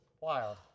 wild